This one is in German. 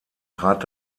trat